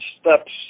steps